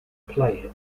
play